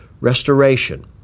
restoration